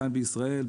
כאן בישראל,